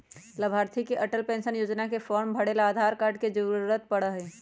लाभार्थी के अटल पेन्शन योजना के फार्म भरे ला आधार कार्ड के जरूरत पड़ा हई